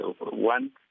One